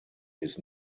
his